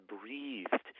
breathed